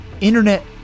internet